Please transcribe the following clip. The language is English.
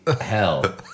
hell